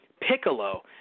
Piccolo